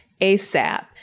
ASAP